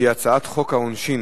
שהוא הצעת חוק העונשין